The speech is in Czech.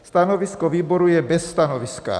Stanovisko výboru je bez stanoviska.